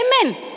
Amen